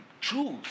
Choose